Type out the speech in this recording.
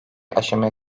aşamaya